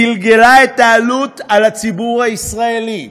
גלגלה את העלות על הציבור הישראלי,